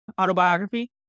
autobiography